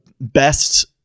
best